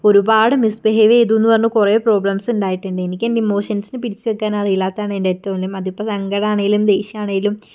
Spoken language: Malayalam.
ഒരുപാട് മിസ് ബിഹേവ് ചെയ്തൂന്ന് പറഞ്ഞ് കുറേ പ്രോബ്ലംസ്ണ്ടായിട്ട്ണ്ട് എനിക്ക് എൻ്റെ ഇമോഷൻസിനെ പിടിച്ചു വയ്ക്കാൻ അറിയില്ലത്തതാണ് എൻ്റെ ഏറ്റവും വലിയ അതിപ്പോൾ സങ്കടം ആണേലും ദേഷ്യമാണേലും